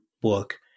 book